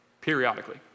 periodically